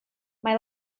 mae